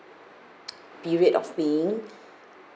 period of paying